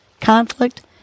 conflict